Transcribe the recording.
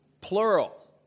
Plural